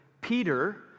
Peter